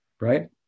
right